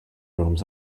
rooms